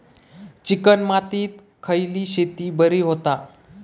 Chicken मातीत खयली शेती बरी होता?